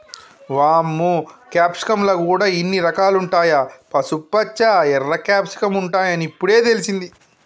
వామ్మో క్యాప్సికమ్ ల గూడా ఇన్ని రకాలుంటాయా, పసుపుపచ్చ, ఎర్ర క్యాప్సికమ్ ఉంటాయని ఇప్పుడే తెలిసింది